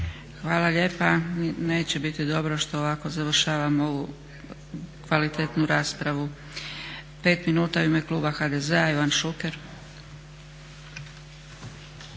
Hvala lijepa. Neće biti dobro što ovako završavamo ovu kvalitetnu raspravu. Pet minuta u ime kluba HDZ-a Ivan Šuker.